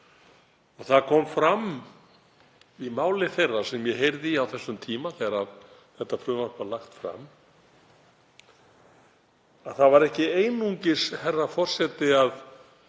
Það kom fram í máli þeirra sem ég heyrði í á þeim tíma þegar frumvarpið var lagt fram að það var ekki einungis, herra forseti, að